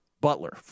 Butler